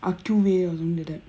Acuvue or something like that